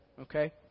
okay